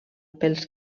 pels